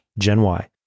GenY